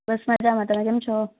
બસ મજામાં તમે કેમ છો